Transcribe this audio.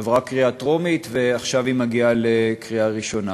היא עברה בקריאה טרומית ועכשיו היא מגיעה לקריאה ראשונה.